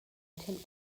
attempt